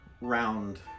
round